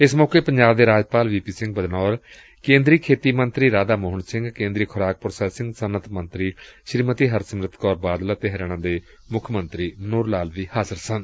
ਇਸ ਮੌਕੇ ਪੰਜਾਬ ਦੇ ਰਾਜਪਾਲ ਵੀ ਪੀ ਸਿੰਘ ਬਦਨੌਰ ਕੇਂਦਰੀ ਖੇਤੀ ਮੰਤਰੀ ਰਾਧਾ ਮੋਹਨ ਸਿੰਘ ਕੇਂਦਰੀ ਖੁਰਾਕ ਪ੍ਰਾਸੈਸਿੰਗ ਸੱਨਅਤ ਮੰਤਰੀ ਸ੍ਰੀਮਤੀ ਹਰਸਿਮਰਤ ਕੌਰ ਬਾਦਲ ਅਤੇ ਹਰਿਆਣਾ ਦੇ ਮੁੱਖ ਮੰਤਰੀ ਮਨੋਹਰ ਲਾਲ ਵੀ ਹਾਜ਼ਰ ਸਨ